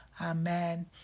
amen